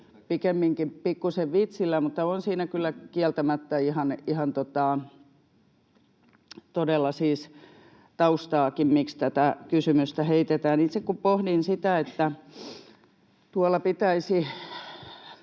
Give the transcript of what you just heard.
pikemminkin pikkuisen vitsillä, mutta on siinä kyllä kieltämättä todella siis taustaakin, miksi tätä kysymystä heitetään. Itse kun pohdin sitä, että tuolla pitäisi